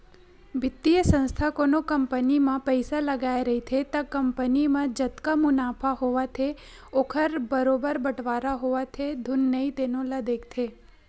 बित्तीय संस्था कोनो कंपनी म पइसा लगाए रहिथे त कंपनी म जतका मुनाफा होवत हे ओखर बरोबर बटवारा होवत हे धुन नइ तेनो ल देखथे